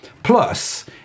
Plus